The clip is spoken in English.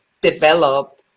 develop